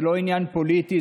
זה לא עניין פוליטי,